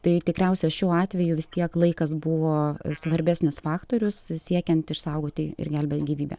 tai tikriausia šiuo atveju vis tiek laikas buvo svarbesnis faktorius siekiant išsaugoti ir gelbėt gyvybę